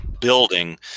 building